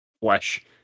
flesh